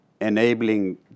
enabling